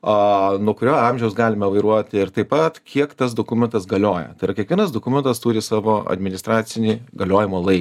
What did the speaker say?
a nuo kurio amžiaus galime vairuoti ir taip pat kiek tas dokumentas galioja tai yra kiekvienas dokumentas turi savo administracinį galiojimo laiką